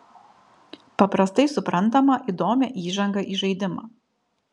paprastai suprantamą įdomią įžangą į žaidimą